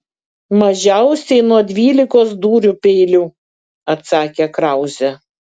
mažiausiai nuo dvylikos dūrių peiliu atsakė krauzė